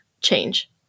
change